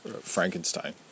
Frankenstein